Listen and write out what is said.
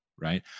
right